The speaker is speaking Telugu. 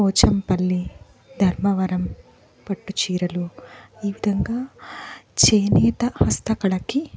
పోచంపల్లి ధర్మవరం పట్టుచీరలు ఈ విధంగా చేనేత హస్తకళకి